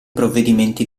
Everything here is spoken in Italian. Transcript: provvedimenti